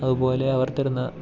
അതുപോലെ അവർ തരുന്ന